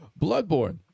Bloodborne